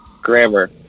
grammar